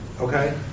okay